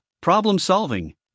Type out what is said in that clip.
problem-solving